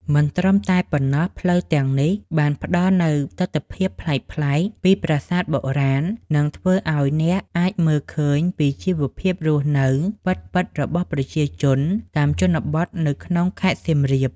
មិនត្រឹមតែប៉ុណ្ណោះ ផ្លូវទាំងនេះបានផ្ដល់នូវទិដ្ឋភាពប្លែកៗពីប្រាសាទបុរាណ និងធ្វើឲ្យអ្នកអាចមើលឃើញពីជីវភាពរស់នៅពិតៗរបស់ប្រជាជនតាមជនបទនៅក្នុងខេត្តសៀមរាប។